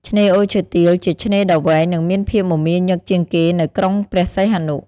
ឆ្នេរអូឈើទាល ជាឆ្នេរដ៏វែង និងមានភាពមមាញឹកជាងគេនៅក្រុងព្រះសីហនុ។